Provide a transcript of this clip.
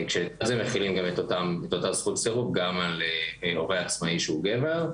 כשמחילים גם את אותה זכות סירוב גם על הורה עצמאי שהוא גבר.